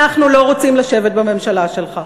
אנחנו לא רוצים לשבת בממשלה שלך.